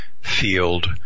field